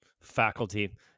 faculty